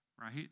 right